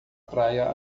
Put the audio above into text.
praia